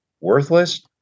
worthless